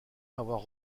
avoir